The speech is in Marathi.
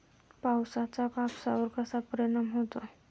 पावसाचा कापसावर कसा परिणाम होतो?